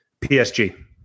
PSG